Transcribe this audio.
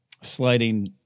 sliding